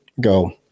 go